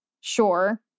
sure